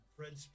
Fred